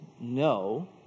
no